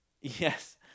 Yes